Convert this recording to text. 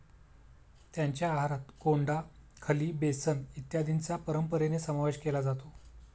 त्यांच्या आहारात कोंडा, खली, बेसन इत्यादींचा परंपरेने समावेश केला जातो